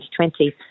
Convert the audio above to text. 2020